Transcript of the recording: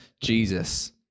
Jesus